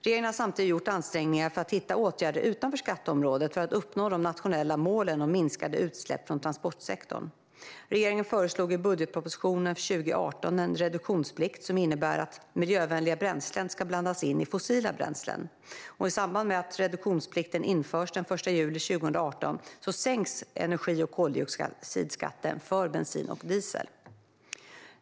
Regeringen har samtidigt gjort ansträngningar för att hitta åtgärder utanför skatteområdet för att uppnå de nationella målen om minskade utsläpp från transportsektorn. Regeringen föreslog i budgetpropositionen för 2018 en reduktionsplikt som innebär att miljövänliga bränslen ska blandas in i fossila bränslen. I samband med att reduktionsplikten införs den 1 juli 2018 sänks energi och koldioxidskatten för bensin och diesel.